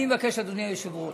אני מבקש, אדוני היושב-ראש,